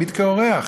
תמיד כאורח.